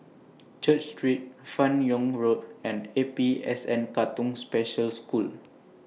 Church Street fan Yoong Road and A P S N Katong Special School